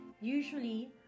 Usually